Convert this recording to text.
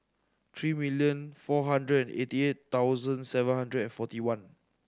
three million four hundred and eighty eight thousand seven hundred and forty one